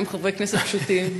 מה עם חברי כנסת פשוטים?